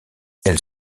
elle